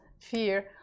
fear